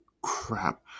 crap